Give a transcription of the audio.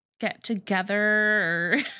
get-together